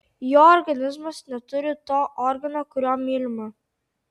jo organizmas neturi to organo kuriuo mylima